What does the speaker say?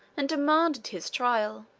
and demanded his trial.